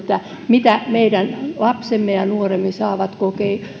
mitä meidän lapsemme ja nuoremme saavat